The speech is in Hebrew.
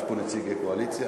יש פה נציגי קואליציה?